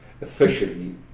officially